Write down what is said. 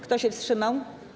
Kto się wstrzymał?